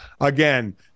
again